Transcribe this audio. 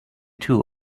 two